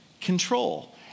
control